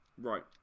Right